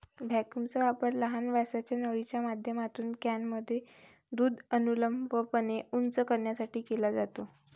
व्हॅक्यूमचा वापर लहान व्यासाच्या नळीच्या माध्यमातून कॅनमध्ये दूध अनुलंबपणे उंच करण्यासाठी केला जातो